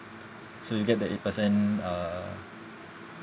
so you get the eight percent uh